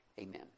Amen